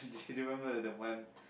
did you remember the one